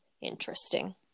interesting